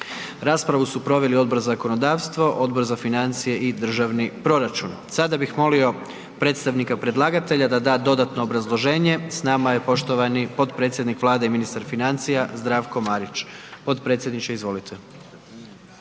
Raspravu su proveli Odbor za zakonodavstvo, Odbor za financije i državni proračun. Sada bih molio predstavnika da da dodatno obrazloženje, s nama je poštovani potpredsjednik Vlade i ministar financija Zdravko Marić. Potpredsjedniče, izvolite.